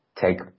take